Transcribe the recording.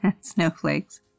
snowflakes